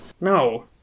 No